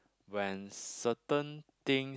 when certain things